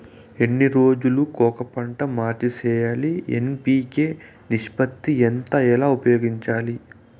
ఎన్ని రోజులు కొక పంట మార్చి సేయాలి ఎన్.పి.కె నిష్పత్తి ఎంత ఎలా ఉపయోగించాలి?